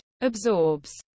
absorbs